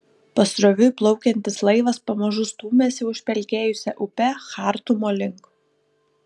pasroviui plaukiantis laivas pamažu stūmėsi užpelkėjusia upe chartumo link